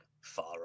far